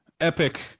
epic